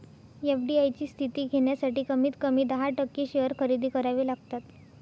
FDI ची स्थिती घेण्यासाठी कमीत कमी दहा टक्के शेअर खरेदी करावे लागतात